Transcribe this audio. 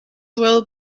well